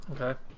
okay